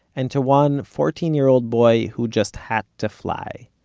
and to one fourteen year old boy, who just had to fly.